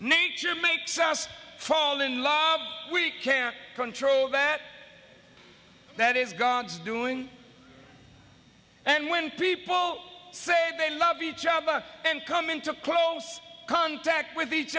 nature makes us fall in love we can control that that is god's doing and when people say they love each other and come into close contact with each